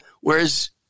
whereas